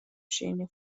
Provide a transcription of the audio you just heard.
شیرینی